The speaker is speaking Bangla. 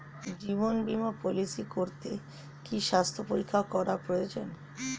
জীবন বীমা পলিসি করতে কি স্বাস্থ্য পরীক্ষা করা প্রয়োজন?